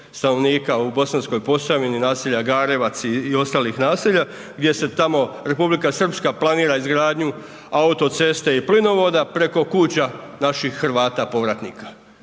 stanovnika u Bosanskoj Posavini, naselja Garevac i ostalih naselja, gdje se tamo Republika Srpska planira izgradnju autoceste i plinovoda preko kuća naših Hrvata povratnika,